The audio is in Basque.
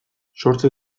sortze